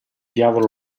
diavolo